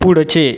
पुढचे